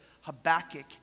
Habakkuk